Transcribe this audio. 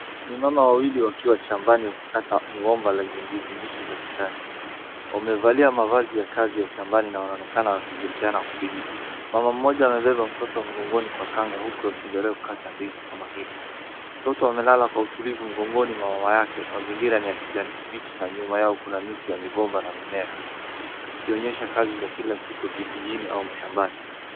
Ni mama wawili wakiwa shambani wakikata mgomba lenye ndizi mbichi za kichani. Wamevalia mavazi ya kazi ya shambani na wanaonekana wakishirikiana kazini. Mama mmoja amebeba mtoto mgongoni kwa kanga huku akiendelea kukata ndizi kwa makini. Mtoto amelala kwa utulivu mgongoni mwa mama yake. Mazingira ni ya kijani kibichi na nyuma yao kuna miti ya migomba na mimea mingine, ikionyesha kazi za kila siku vijijini au mashambani.